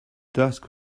dusk